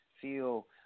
feel